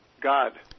God